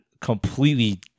completely